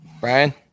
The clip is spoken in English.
Brian